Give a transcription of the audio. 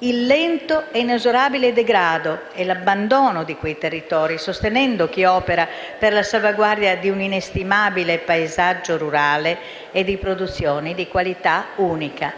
il lento e inesorabile degrado e l'abbandono di quei territori, sostenendo chi opera per la salvaguardia di un inestimabile paesaggio rurale e di produzioni di qualità unica.